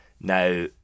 Now